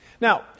Now